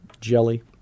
Jelly